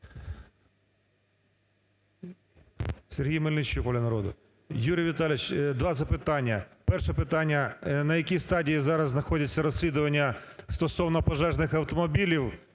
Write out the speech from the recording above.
Сергій Мельничук, "Воля народу". Юрій Віталійович, два запитання. Перше питання. На якій стадії зараз знаходиться розслідування стосовно пожежних автомобілів,